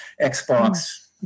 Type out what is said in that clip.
xbox